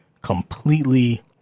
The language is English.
completely